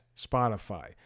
Spotify